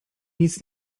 nic